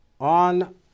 on